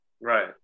Right